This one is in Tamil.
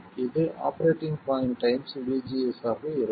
இது ஆபரேட்டிங் பாய்ண்ட் டைம்ஸ் vGS ஆக இருக்கும்